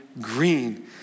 green